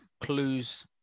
clues